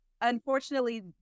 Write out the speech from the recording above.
unfortunately